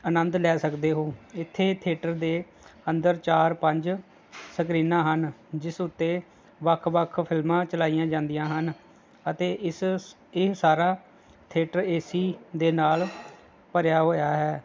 ਅਨੰਦ ਲੈ ਸਕਦੇ ਹੋ ਇੱਥੇ ਥਿਏਟਰ ਦੇ ਅੰਦਰ ਚਾਰ ਪੰਜ ਸਕਰੀਨਾਂ ਹਨ ਜਿਸ ਉੱਤੇ ਵੱਖ ਵੱਖ ਫ਼ਿਲਮਾਂ ਚਲਾਈਆਂ ਜਾਂਦੀਆਂ ਹਨ ਅਤੇ ਇਸ ਇਹ ਸਾਰਾ ਥਿਏਟਰ ਏ ਸੀ ਦੇ ਨਾਲ਼ ਭਰਿਆ ਹੋਇਆ ਹੈ